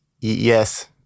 Yes